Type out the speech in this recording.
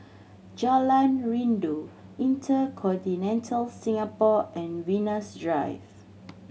Jalan Rindu InterContinental Singapore and Venus Drive